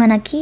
మనకి